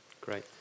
Great